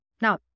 Now